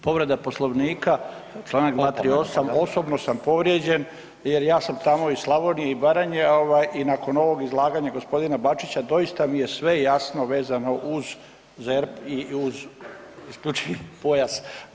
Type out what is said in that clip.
Povreda Poslovnika, čl. 238., osobno sam povrijeđen jer ja sam tamo iz Slavonije i Baranje i nakon ovog izlaganja g. Bačića, doista mi je sve jasno vezano uz ZERP i uz isključivi pojas.